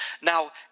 Now